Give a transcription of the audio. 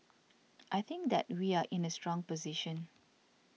I think that we are in a strong position